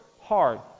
hard